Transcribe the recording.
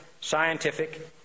scientific